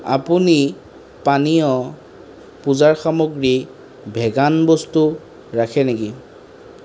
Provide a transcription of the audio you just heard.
আপুনি পানীয় পূজাৰ সামগ্ৰী ভেগান বস্তু ৰাখে নেকি